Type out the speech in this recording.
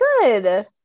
Good